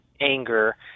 anger